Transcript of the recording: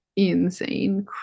insane